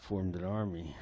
formed an army